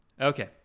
Okay